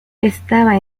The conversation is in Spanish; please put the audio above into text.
estaba